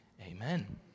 Amen